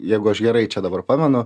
jeigu aš gerai čia dabar pamenu